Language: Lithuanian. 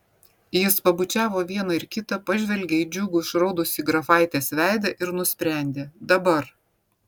jis pabučiavo vieną ir kitą pažvelgė į džiugų išraudusį grafaitės veidą ir nusprendė dabar